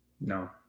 No